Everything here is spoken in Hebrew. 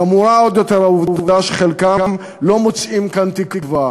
חמורה עוד יותר העובדה שחלקם לא מוצאים כאן תקווה,